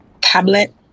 tablet